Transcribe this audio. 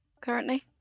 currently